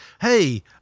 Hey